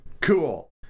Cool